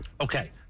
Okay